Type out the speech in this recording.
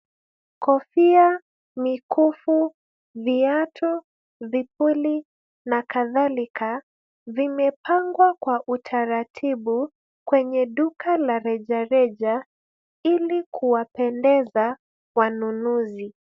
Kofia, mikufu, viatu, vipuli na kadhalika vimepangwa kwa utaratibu kwenye duka la rejareja ili kuwapendeza wanunuzi.